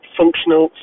functional